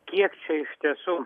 kiek čia iš tiesų